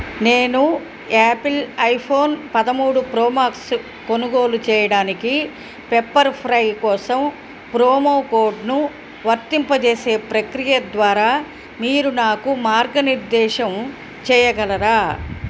నేను Apple iPhone పదమూడు Pro Max కొనుగోలు చేయడానికి పెప్పర్ ఫ్రై కోసం ప్రోమో కోడ్ను వర్తింపజేసే ప్రక్రియ ద్వారా మీరు నాకు మార్గనిర్దేశం చేయగలరా